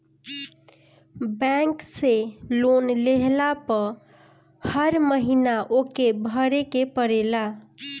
bank से loan लेहला पअ हर महिना ओके भरे के पड़ेला